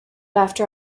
after